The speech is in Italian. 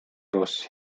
rossi